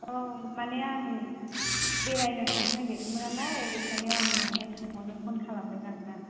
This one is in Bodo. औ माने आं बेरायनो थांनो नागिरदोंमोन नालाय बेनिखायनो आं नोंनियावहाय सोंहरनो फ'न खालामदों आरोना